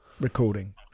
recording